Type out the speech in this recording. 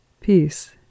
Peace